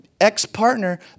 ex-partner